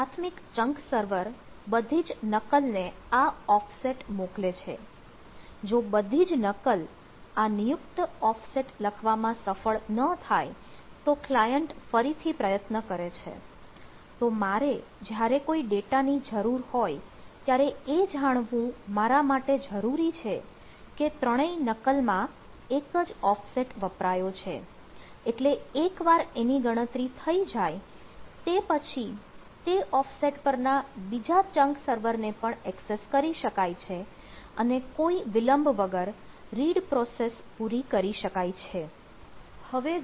પ્રાથમિક chunk server ને પણ એક્સેસ કરી શકાય છે અને કોઇ વિલંબ વગર read પ્રોસેસ પૂરી કરી શકાય છે